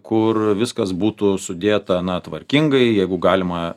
kur viskas būtų sudėta tvarkingai jeigu galima